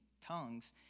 tongues